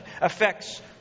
affects